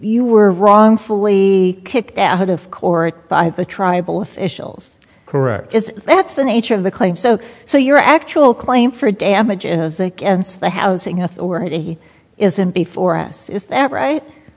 you were wrongfully kicked out of court by the tribal officials correct as that's the nature of the claim so so your actual claim for damages against the housing authority isn't before us is